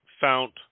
found